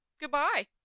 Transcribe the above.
goodbye